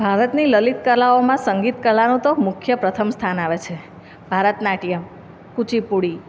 ભારતની લલિત કલાઓમાં સંગીત કલાનું તો મુખ્ય પ્રથમ સ્થાન આવે છે ભરતનાટ્યમ્ કૂચીપુડી